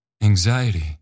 anxiety